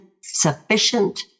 sufficient